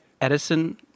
Edison